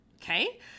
Okay